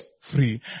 free